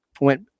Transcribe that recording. went